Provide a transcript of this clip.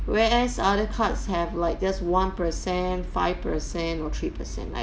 whereas other cards have like just one percent five percent or three percent like